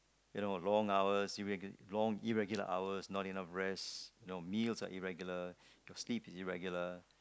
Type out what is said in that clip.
you know long hours irreg~ long irregular hours not enough rest you know meals are irregular your sleep is irregular